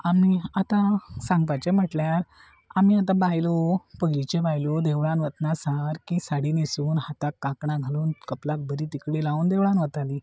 आमी आतां सांगपाचें म्हटल्यार आमी आतां बायलो पयलीचे बायल्यो देवळान वतना सारकी साडी न्हेसून हाताक कांकणां घालून कपलाक बरी तिका लावन देवळान वताली